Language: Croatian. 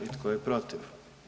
I tko je protiv?